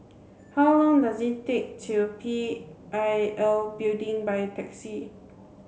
how long does it take to P I L Building by taxi